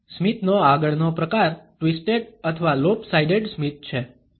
સ્મિતનો આગળનો પ્રકાર ટ્વિસ્ટેડ અથવા લોપ સાઇડેડ સ્મિત છે